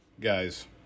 Guys